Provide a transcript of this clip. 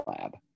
lab